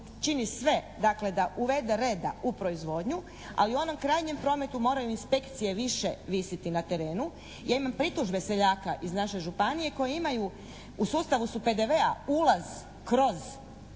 čini sve dakle da uvede reda u proizvodnju, ali u onom krajnjem prometu moraju inspekcije više visiti na terenu. Ja imam pritužbe seljaka iz naše županije koji imaju, u sustavu su PDV-a ulaz kroz uredni